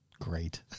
great